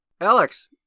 Alex